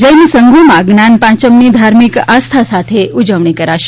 જૈન સંઘોમાં જ્ઞાન પાંચમની ધાર્મિક આસ્થા સાથે ઉજવણી કરાશે